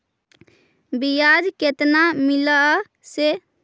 बियाज केतना मिललय से?